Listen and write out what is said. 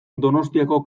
donostiako